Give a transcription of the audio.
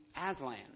Aslan